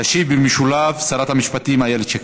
תשיב במשולב שרת המשפטים איילת שקד,